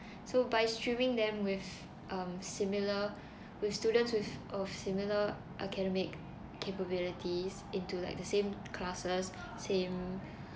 so by streaming them with um similar with students with of similar academic capabilities into like the same classes same